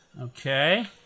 Okay